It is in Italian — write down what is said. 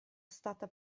stata